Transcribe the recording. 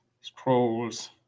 scrolls